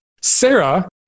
Sarah